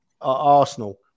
Arsenal